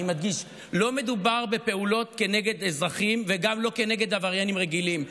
אני מדגיש: לא מדובר בפעולות כנגד אזרחים וגם לא כנגד עבריינים רגילים.